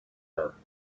her